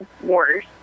worse